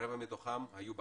רבע מתוכם היו בכלא.